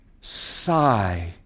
sigh